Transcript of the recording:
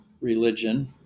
religion